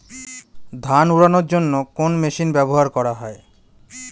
ধান উড়ানোর জন্য কোন মেশিন ব্যবহার করা হয়?